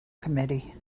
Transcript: committee